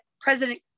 president